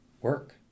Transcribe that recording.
work